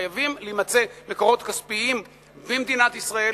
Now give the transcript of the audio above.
חייבים להימצא מקורות כספיים במדינת ישראל